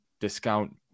discount